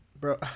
Bro